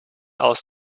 aus